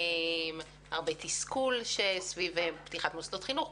הרבה תסכול סביב פתיחת מוסדות חינוך,